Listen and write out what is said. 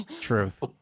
Truth